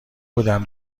بودم